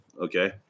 Okay